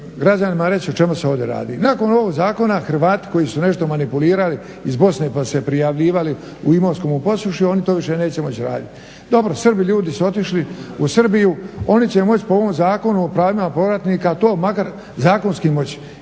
građanima reći o čemu se ovdje radi. Nakon ovog zakona Hrvati koji su nešto manipulirali iz Bosne pa se prijavljivali u Imotskom u Posušju oni to više neće moći raditi. Dobro Srbi ljudi su otišli u Srbiju, oni će moći po ovom zakonu o pravima povratnika to makar zakonski moći,